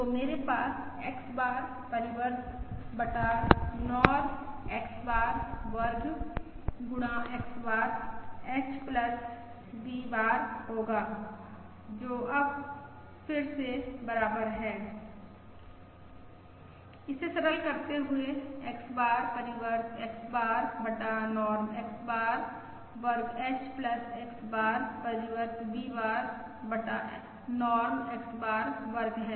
तो मेरे पास X बार परिवर्त बटा नॉर्म X बार वर्ग गुणा X बार h V बार होगा जो अब फिर से बराबर है इसे सरल करते हुए X बार परिवर्त X बार बटा नॉर्म X बार वर्ग H X बार परिवर्त V बार बटा नॉर्म X बार वर्ग है